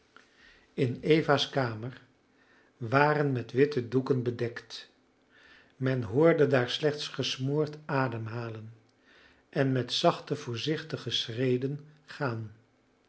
in eva's kamer waren met witte doeken bedekt men hoorde daar slechts gesmoord ademhalen en met zachte voorzichtige schreden gaan